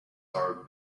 are